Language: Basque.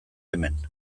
hemen